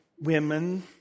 women